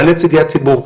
מעל נציגי הציבור,